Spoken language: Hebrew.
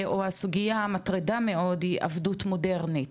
או הסוגייה המטרידה מאוד היא 'עבדות מודרנית',